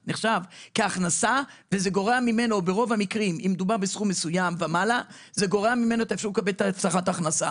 זה נחשב להכנסה וזה גורע ממנו את האפשרות לקבל הבטחת הכנסה.